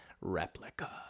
Replica